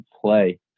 play